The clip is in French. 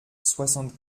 soixante